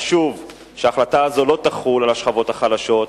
חשוב שההחלטה הזאת לא תחול על השכבות החלשות,